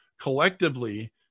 collectively